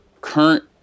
current